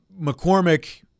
McCormick –